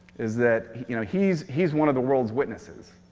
is that you know he's he's one of the world's witnesses.